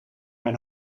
mijn